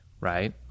right